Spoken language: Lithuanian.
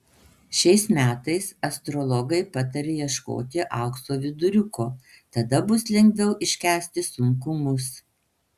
šiais metais astrologai pataria ieškoti aukso viduriuko tada bus lengviau iškęsti sunkumus